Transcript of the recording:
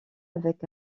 avec